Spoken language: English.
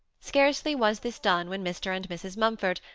scarcely was this done when mr. and mrs. mumford,